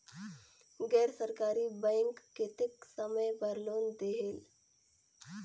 गैर सरकारी बैंक कतेक समय बर लोन देहेल?